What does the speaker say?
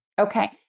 Okay